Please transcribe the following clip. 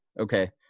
okay